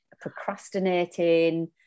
procrastinating